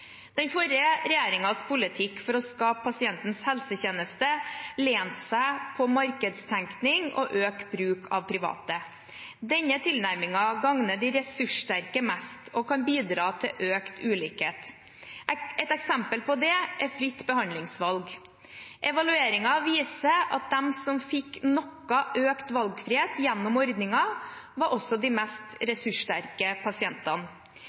Den forrige regjeringens politikk for å skape pasientens helsetjeneste lente seg på markedstenkning og økt bruk av private. Denne tilnærmingen gagner de ressurssterke mest og kan bidra til økt ulikhet. Et eksempel på det er fritt behandlingsvalg. Evalueringen viser at de som fikk noe økt valgfrihet gjennom ordningen, også var de mest ressurssterke pasientene.